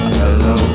hello